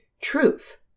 truth